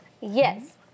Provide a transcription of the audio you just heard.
Yes